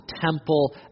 temple